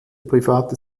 private